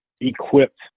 equipped